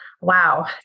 Wow